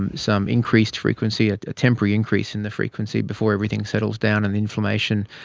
and some increased frequency, a temporary increase in the frequency before everything settles down and inflammation